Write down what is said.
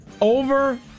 over